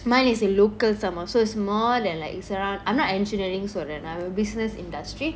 mine is in local somemore so is more than like it's around I'm not engineering சொல்றன் :solran I'm in business industry